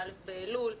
ב-א' באלול,